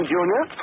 Junior